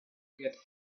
get